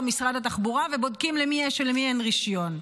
משרד התחבורה ובודקים למי יש ולמי אין רישיון.